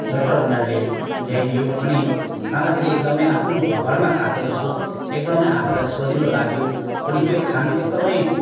झट्ट उनीहरूले ल्याइदियो अनि खाँदाखेरि एकदमै आफ्नो घरमा खाएको जस्तो एकदमै आफूलाई सजिलो लाग्यो अनि त्यो खानु एकदमै